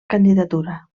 candidatura